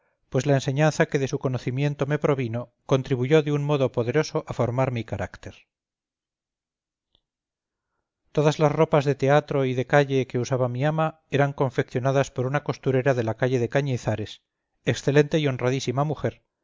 pues la enseñanza que de su conocimiento me provino contribuyó de un modo poderoso a formar mi carácter todas las ropas de teatro y de calle que usaba mi ama eran confeccionadas por una costurera de la calle de cañizares excelente y honradísima mujer